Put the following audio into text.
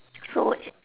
so